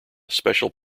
special